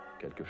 quelque